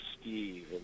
Steve